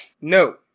No